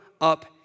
up